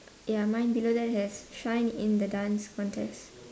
ya mine below that has shine in the dance contest